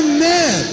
Amen